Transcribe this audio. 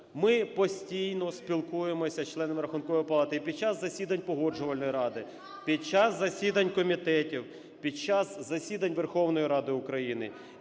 Ми постійно спілкуємося з членами Рахункової палати: і під час засідань Погоджувальної ради, під час засідань комітетів, під час засідань Верховної Ради України.